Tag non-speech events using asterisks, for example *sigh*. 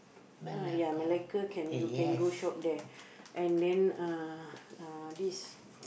ah ya Malacca can you can go shop there and then uh uh this *noise*